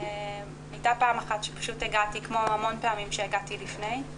הייתה פעם אחת שהגעתי כמו הרבה פעמים שהגעתי לפני,